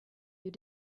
you